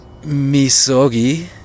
Misogi